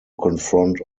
confront